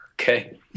Okay